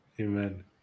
amen